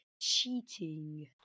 cheating